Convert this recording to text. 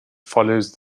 follows